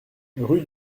rue